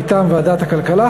מטעם ועדת הכלכלה,